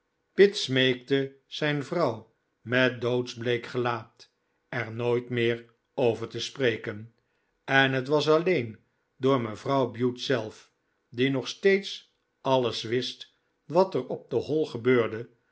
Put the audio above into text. pitt smeekte zijn vrouw met doodsbleek gelaat er nooit meer over te spreken en het was alleen door mevrouw bute zelf die nog steeds alles wist wat er op de hall gebeurde